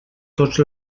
tots